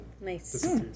nice